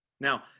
Now